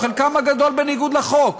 חלקם הגדול בניגוד לחוק.